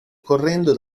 correndo